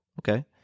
Okay